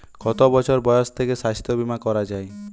কত বছর বয়স থেকে স্বাস্থ্যবীমা করা য়ায়?